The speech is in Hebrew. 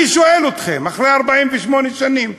אני שואל אתכם: אחרי 48 שנים,